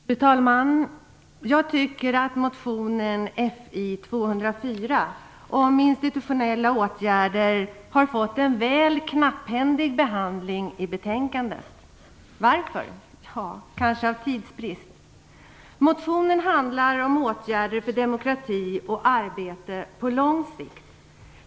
Fru talman! Jag tycker att motion Fi204 om institutionella åtgärder har fått en väl knapphändig behandling i betänkandet. Varför? Kanske av tidsbrist. Motionen handlar om åtgärder för demokrati och arbete på lång sikt.